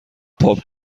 پاپ